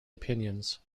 opinions